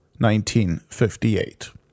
1958